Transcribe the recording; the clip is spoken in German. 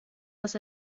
dass